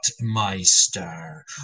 Meister